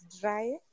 dry